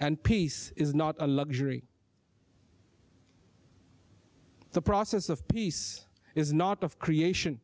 and peace is not a luxury the process of peace is not of creation